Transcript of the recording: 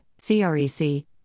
CREC